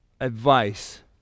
advice